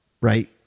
Right